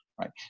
right